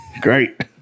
Great